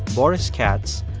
boris katz,